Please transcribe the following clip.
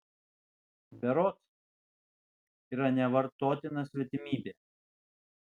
berods yra nevartotina svetimybė